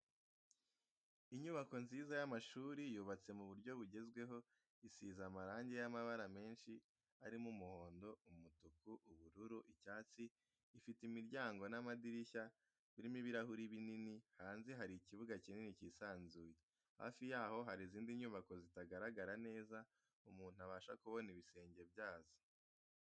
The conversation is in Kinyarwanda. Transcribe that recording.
Inyubako nziza y'amashuri yubatse mu buryo bugezweho, isize amarangi y'amabara menshi arimo umuhondo, umutuku, ubururu, icyatsi, ifite imiryango n'amadirishya birimo ibirahuri binini, hanze hari ikibuga kinini kisanzuye, hafi yaho hari izindi nyubako zitaharagara neza umuntu abasha kubona ibisenge byazo.